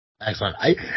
Excellent